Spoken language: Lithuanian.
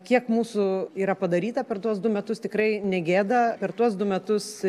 kiek mūsų yra padaryta per tuos du metus tikrai negėda per tuos du metus